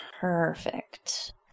Perfect